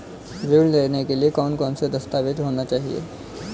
ऋण लेने के लिए कौन कौन से दस्तावेज होने चाहिए?